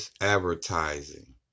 advertising